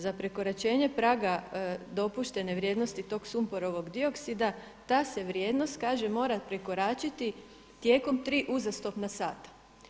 Za prekoračenje praga dopuštene vrijednosti tog sumporovog dioksida ta se vrijednost kažem mora prekoračiti tijekom tri uzastopna sata.